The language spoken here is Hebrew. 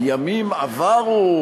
ימים עברו,